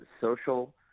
social